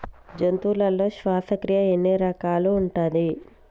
జంతువులలో శ్వాసక్రియ ఎన్ని రకాలు ఉంటది?